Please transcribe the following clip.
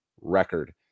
record